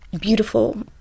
beautiful